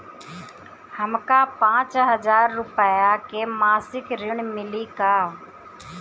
हमका पांच हज़ार रूपया के मासिक ऋण मिली का?